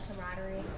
camaraderie